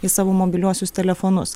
į savo mobiliuosius telefonus